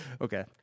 Okay